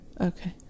Okay